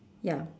ya